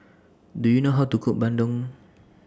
Do YOU know How to Cook Bandung